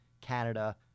Canada